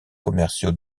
commerciaux